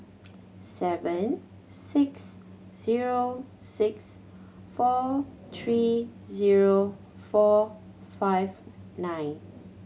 seven six zero six four three zero four five nine